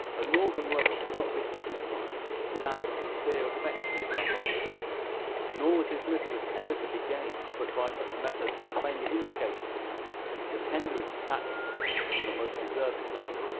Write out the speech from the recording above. a northern lover could not be satisfied without the sincere affection of her heart nor was his mistress ever to be gained but by such methods as plainly indicated to her the tenderest attachment from the most deserving man.